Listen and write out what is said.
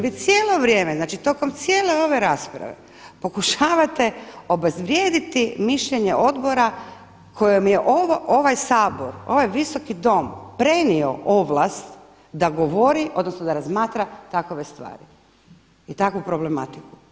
Vi cijelo vrijeme, znači tijekom cijele ove rasprave pokušavate obezvrijediti mišljenje Odbora kojem je ovaj Sabor, ovaj Visoki dom prenio ovlast da govori odnosno da razmatra takove stvari i takvu problematiku.